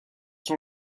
son